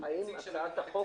אין הצעת חוק